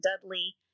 Dudley